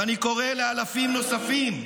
ואני קורא לאלפים נוספים,